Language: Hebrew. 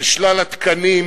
על שלל התקנים,